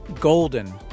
golden